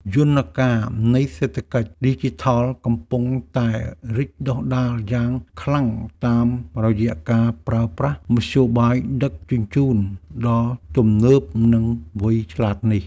យន្តការនៃសេដ្ឋកិច្ចឌីជីថលកំពុងតែរីកដុះដាលយ៉ាងខ្លាំងតាមរយៈការប្រើប្រាស់មធ្យោបាយដឹកជញ្ជូនដ៏ទំនើបនិងវៃឆ្លាតនេះ។